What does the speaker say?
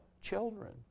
children